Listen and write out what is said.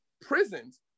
Prisons